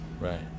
Right